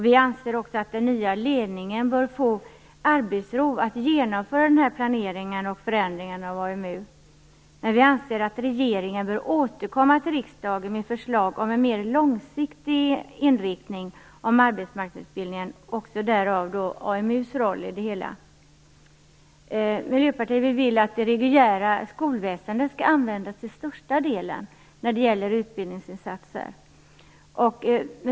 Vi anser att den nya ledningen bör få arbetsro att genomföra förändringarna i AMU. Vi anser att regeringen bör återkomma till riksdagen med förslag om en mer långsiktig inriktning av arbetsmarknadsutbildningen, med AMU:s roll i det hela. Miljöpartiet vill att det reguljära skolväsendet skall användas till största delen när det gäller utbildningsinsatser.